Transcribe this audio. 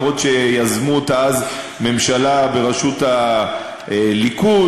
אף שיזמו אותה אז בממשלה בראשות הליכוד,